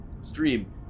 stream